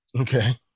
okay